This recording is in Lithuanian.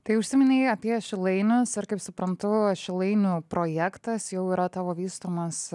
tai užsiminei apie šilainius ir kaip suprantu šilainių projektas jau yra tavo vystomas